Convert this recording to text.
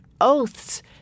oaths